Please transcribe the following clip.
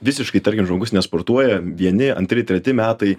visiškai tarkim žmogus nesportuoja vieni antri treti metai